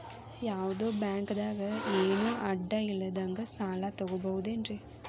ಯಾವ್ದೋ ಬ್ಯಾಂಕ್ ದಾಗ ಏನು ಅಡ ಇಲ್ಲದಂಗ ಸಾಲ ತಗೋಬಹುದೇನ್ರಿ?